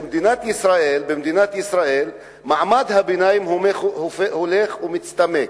שבמדינת ישראל מעמד הביניים הולך ומצטמק.